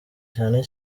cyane